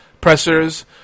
pressers